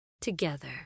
together